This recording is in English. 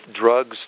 drugs